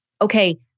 okay